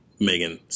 Megan